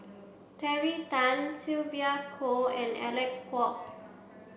Terry Tan Sylvia Kho and Alec Kuok